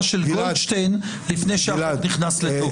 של גולדשטיין לפני שהחוק נכנס לתוקף.